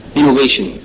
innovation